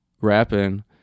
rapping